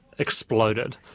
exploded